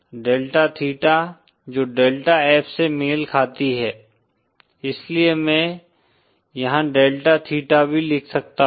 delta theta जो delta F से मेल खाती है इसलिए मैं यहाँ डेल्टा थीटा भी लिख सकता हूँ